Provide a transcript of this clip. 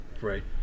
Right